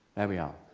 there we are.